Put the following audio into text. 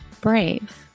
brave